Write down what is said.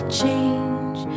change